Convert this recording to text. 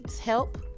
help